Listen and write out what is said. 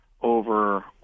over